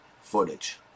footage